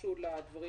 משהו לדברים